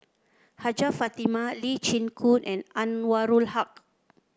Hajjah Fatimah Lee Chin Koon and Anwarul Haque